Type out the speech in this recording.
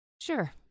Sure